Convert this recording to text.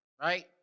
right